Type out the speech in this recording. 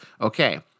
okay